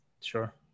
Sure